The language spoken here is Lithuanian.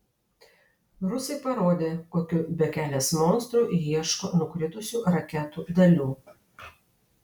rusai parodė kokiu bekelės monstru ieško nukritusių raketų dalių